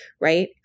Right